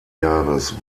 jahres